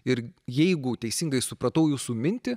ir jeigu teisingai supratau jūsų mintį